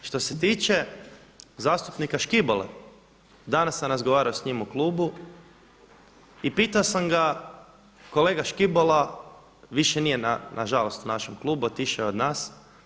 Što se tiče zastupnika Škibole, danas sam razgovarao s njim u klubu i pitao sam ga kolega Škibola više nije na žalost u našem klubu, otišao je od nas.